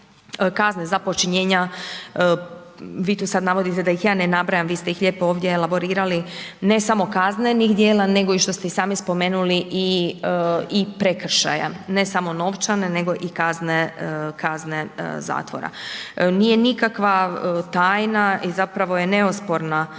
kazne za počinjenja, vi ih tu sad navodite da ih ja ne nabrajam, vi ste ih lijepo ovdje elaborirali, ne samo kaznenih djela, nego i što ste i sami spomenuli i, i prekršaja, ne samo novčane, nego i kazne, kazne zatvora. Nije nikakva tajna i zapravo je neosporna